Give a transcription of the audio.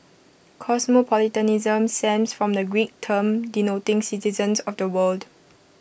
cosmopolitanism stems from the Greek term denoting citizen of the world